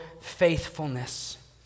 faithfulness